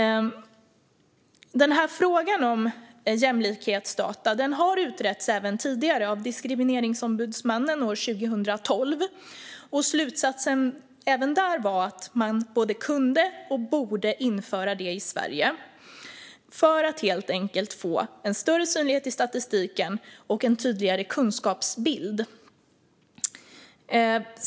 Frågan om jämlikhetsdata har tidigare utretts av Diskrimineringsombudsmannen år 2012, och slutsatsen blev även då att man både kunde och borde införa detta i Sverige för att få en större synlighet i statistiken och en tydligare kunskapsbild.